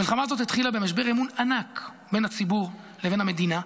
המלחמה הזאת התחילה במשבר אמון ענק בין הציבור לבין המדינה.